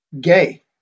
gay